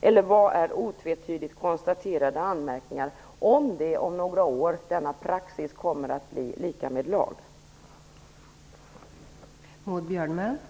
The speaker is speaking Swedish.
Eller vad är "otvetydigt konstaterade anmärkningar"? Kommer denna praxis att bli lika med lag om några år?